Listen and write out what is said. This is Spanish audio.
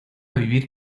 vivir